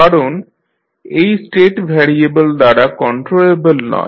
কারণ এই state variable u দ্বারা কন্ট্রোলেবল নয়